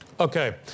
Okay